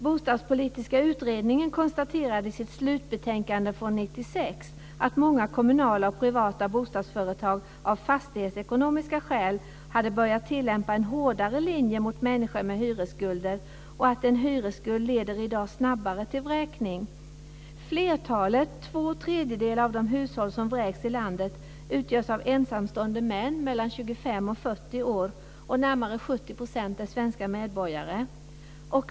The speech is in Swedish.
Bostadspolitiska utredningen konstaterade i sitt slutbetänkande från 1996 att många kommunala och privata bostadsföretag av fastighetsekonomiska skäl hade börjat tillämpa en hårdare linje mot människor med hyresskulder och att en hyresskuld i dag snabbare leder till vräkning. Flertalet, två tredjedelar, av de hushåll som vräks i landet utgörs av ensamstående män mellan 25 och 40 år. Närmare 70 % är svenska medborgare.